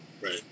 right